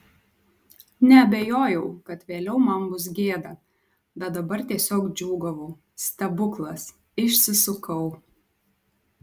neabejojau kad vėliau man bus gėda bet dabar tiesiog džiūgavau stebuklas išsisukau